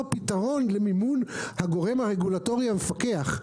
פתרון למימון הגורם הרגולטורי המפקח,